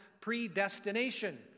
predestination